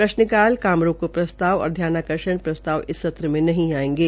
प्रश्न काल काम रोको प्रस्ताव और ध्यानाकर्षण प्रस्ताव इस सत्र में नहीं आयेंगे